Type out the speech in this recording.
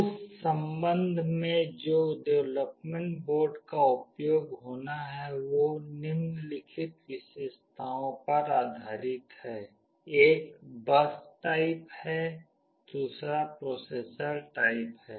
उस संबंध में जो डेवलपमेंट बोर्ड का उपयोग होना है वो निम्नलिखित विशेषताओं पर आधारित है एक बस टाइप है दूसरा प्रोसेसर टाइप है